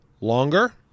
longer